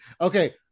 Okay